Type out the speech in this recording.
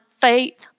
faith